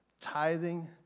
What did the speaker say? tithing